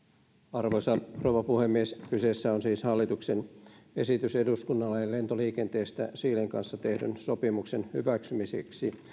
arvoisa rouva puhemies kyseessä on siis hallituksen esitys eduskunnalle lentoliikenteestä chilen kanssa tehdyn sopimuksen hyväksymiseksi